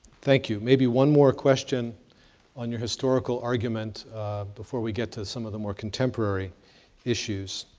thank you. maybe one more question on your historical argument before we get to some of the more contemporary issues.